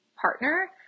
partner